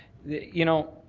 you know,